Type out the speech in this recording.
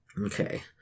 okay